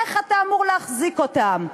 איך אתה אמור להחזיק אותם?